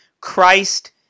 Christ